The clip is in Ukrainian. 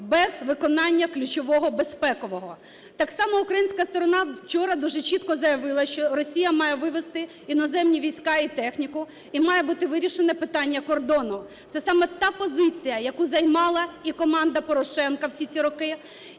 без виконання ключового - безпекового. Так само українська сторона вчора дуже чітко заявила, що Росія має вивести іноземні війська і техніку, і має бути вирішене питання кордону. Це саме та позиція, яку займала і команда Порошенка всі ці роки.